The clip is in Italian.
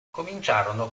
cominciarono